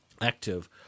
active